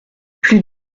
plus